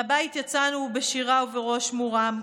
מהבית יצאנו בשירה ובראש מורם.